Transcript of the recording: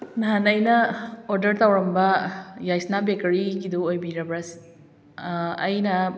ꯅꯍꯥꯟ ꯑꯩꯅ ꯑꯣꯗꯔ ꯇꯧꯔꯝꯕ ꯌꯥꯏꯁꯅꯥ ꯕꯦꯀꯔꯤꯒꯤꯗꯨ ꯑꯣꯏꯕꯤꯔꯕ꯭ꯔꯥ ꯑꯩꯅ